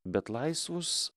bet laisvus